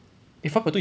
eh five point two is